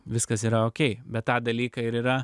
viskas yra okei bet tą dalyką ir yra